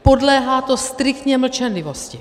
Podléhá to striktně mlčenlivosti.